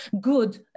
good